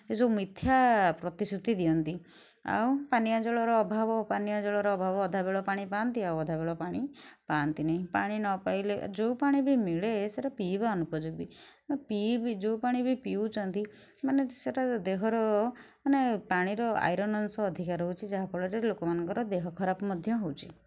ଏ ଯେଉଁ ମିଥ୍ୟା ପ୍ରତିଶ୍ରୁତି ଦିଅନ୍ତି ଆଉ ପାନୀୟ ଜଳର ଅଭାବ ପାନୀୟ ଜଳର ଅଭାବ ଅଧା ବେଳ ପାଣି ପାଆନ୍ତି ଆଉ ଅଧା ବେଳ ପାଣି ପାଆନ୍ତିନି ପାଣି ନ ପାଇଲେ ଯେଉଁ ପାଣି ବି ମିଳେ ସେଇଟା ପିଇବା ଅନୁପଯୋଗୀ ପିଇବି ଯେଉଁ ପାଣି ବି ପିଉଛନ୍ତି ମାନେ ସେଇଟା ଦେହର ମାନେ ପାଣିର ଆଇରନ୍ ଅଂଶ ଅଧିକା ରହୁଛି ଯାହାଫଳରେ ଲୋକମାନଙ୍କର ଦେହ ଖରାପ ମଧ୍ୟ ହେଉଛି